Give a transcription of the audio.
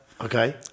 Okay